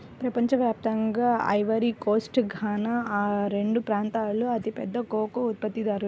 ప్రపంచ వ్యాప్తంగా Ivory Coast, Ghana అనే రెండు ప్రాంతాలూ అతిపెద్ద కోకో ఉత్పత్తిదారులు